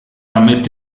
damit